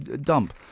dump